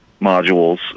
modules